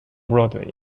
broadway